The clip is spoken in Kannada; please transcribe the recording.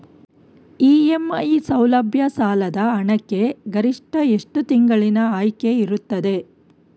ಇ.ಎಂ.ಐ ಸೌಲಭ್ಯ ಸಾಲದ ಹಣಕ್ಕೆ ಗರಿಷ್ಠ ಎಷ್ಟು ತಿಂಗಳಿನ ಆಯ್ಕೆ ಇರುತ್ತದೆ?